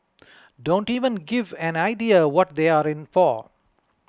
don't even give an idea what they are in for